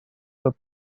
were